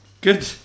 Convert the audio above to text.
Good